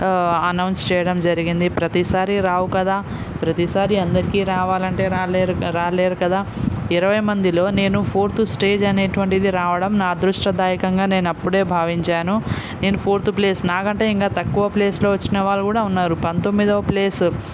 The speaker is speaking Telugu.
అనౌన్స్ చేయడం జరిగింది ప్రతిసారీ రావు కదా ప్రతిసారీ అందరికీ రావాలంటే రాలేరు క రాలేరు కదా ఇరవై మందిలో నేను ఫోర్త్ స్టేజ్ రావడం నా అదృష్టదాయకంగా నేను అప్పుడే భావించాను నేను ఫోర్త్ ప్లేస్ నాకంటే ఇంకా తక్కువ ప్లేస్లో వచ్చిన వాళ్ళు కూడా ఉన్నారు పంతొమ్మిదవ ప్లేస్